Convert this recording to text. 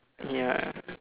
ya